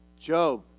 Job